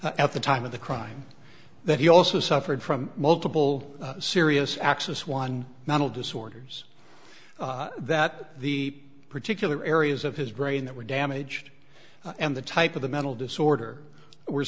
damage at the time of the crime that he also suffered from multiple serious axis one mental disorders that the particular areas of his brain that were damaged and the type of the mental disorder were